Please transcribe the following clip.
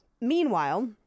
Meanwhile